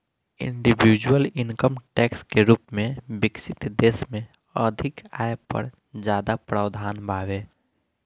individual income tax के रूप में विकसित देश में अधिक आय पर ज्यादा प्रावधान बावे